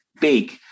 big